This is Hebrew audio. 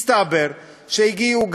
מסתבר שהגיעו,